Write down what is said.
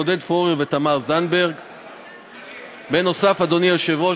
עודד פורר ותמר זנדברג בנושא: ציון יום ההצדעה